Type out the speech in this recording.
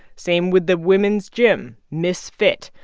same with the women's gym, miss fit,